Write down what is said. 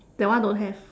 that one don't have